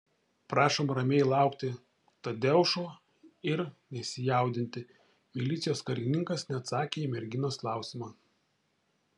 prašom ramiai laukti tadeušo ir nesijaudinti milicijos karininkas neatsakė į merginos klausimą